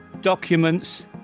documents